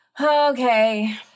okay